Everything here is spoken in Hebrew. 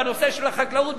בנושא של החקלאות.